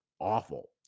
awful